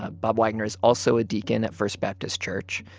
ah bob wagoner's also a deacon at first baptist church.